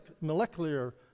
molecular